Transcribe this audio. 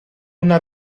una